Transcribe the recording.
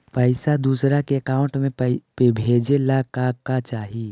पैसा दूसरा के अकाउंट में भेजे ला का का चाही?